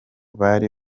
bari